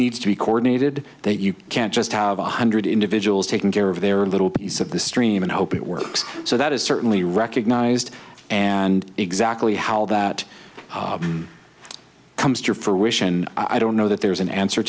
needs to be coordinated that you can't just have one hundred individuals taking care of their little piece of the stream and hope it works so that is certainly recognized and exactly how that comes to fruition i don't know that there's an answer